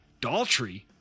Daltrey